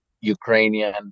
Ukrainian